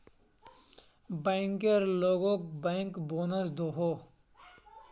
banker लोगोक bank bonus दोहों